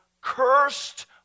cursed